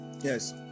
yes